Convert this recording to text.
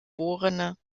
geb